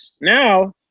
now